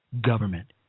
government